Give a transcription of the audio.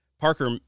Parker